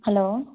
hello